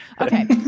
Okay